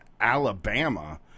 Alabama